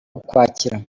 ukwakira